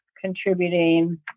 contributing